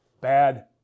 bad